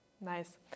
nice